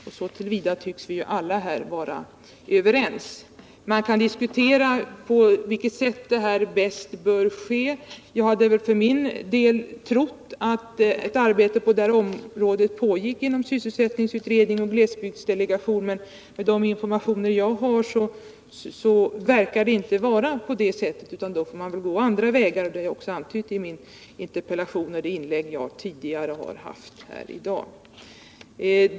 På den punkten tycks vi alla här vara överens. Man kan diskutera på vilket sätt det bäst bör ske. Jag trodde för min del att ett arbete på det här området pågick inom sysselsättningsutredningen och glesbygdsdelegationen, men av den information som jag har fått verkar det inte vara på det sättet. Då får man gå andra vägar. Det har jag också antytt i min interpellation och i mina tidigare inlägg i dag.